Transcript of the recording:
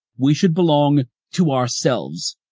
we should belong to ourselves,